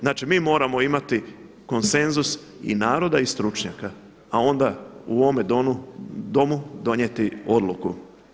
Znači mi moramo imati konsenzus i naroda i stručnjaka, a onda u ovome Domu donijeti odluku.